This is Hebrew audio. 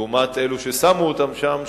לעומת אלו ששמו אותם שם,